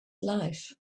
life